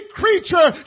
creature